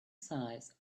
size